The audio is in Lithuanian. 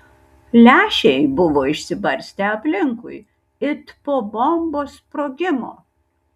lęšiai buvo išsibarstę aplinkui it po bombos sprogimo